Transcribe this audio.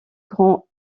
grands